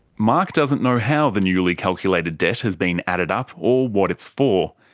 mark doesn't know how the newly calculated debt has been added up or what it's for.